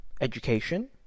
education